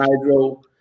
hydro